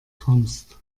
kommst